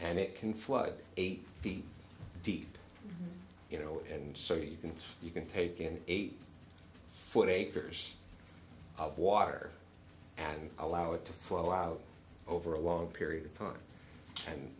and it can flood eight feet deep you know and so you can you can take an eight foot acres of water and allow it to flow out over a long period of time and